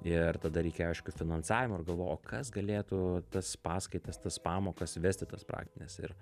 ir tada reikėjo aišku finansavimo ir galvojau kas galėtų tas paskaitas tas pamokas vesti tas praktines ir